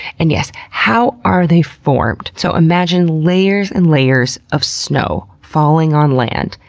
and yes, how are they formed? so imagine layers and layers of snow falling on land,